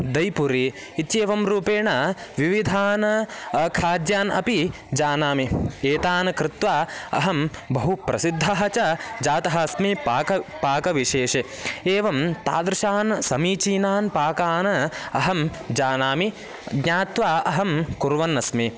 दैपुरि इत्येवं रूपेण विविधान् खाद्यान् अपि जानामि एतान् कृत्वा अहं बहु प्रसिद्धः च जातः अस्मि पाक पाकविशेषे एवं तादृशान् समीचीनान् पाकान् अहं जानामि ज्ञात्वा अहं कुर्वन्नस्मि